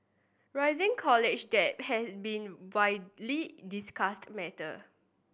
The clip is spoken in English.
rising college debt has been widely discussed matter